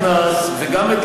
אתה מבזה את הכנסת ומבזה גם את